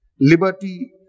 Liberty